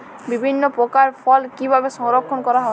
বিভিন্ন প্রকার ফল কিভাবে সংরক্ষণ করা হয়?